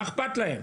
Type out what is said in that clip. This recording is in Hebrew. מה איכפת להם.